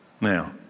Now